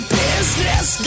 business